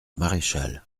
maréchale